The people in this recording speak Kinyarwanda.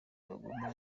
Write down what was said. bagomba